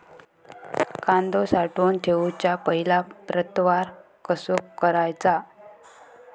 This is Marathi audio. कांदो साठवून ठेवुच्या पहिला प्रतवार कसो करायचा?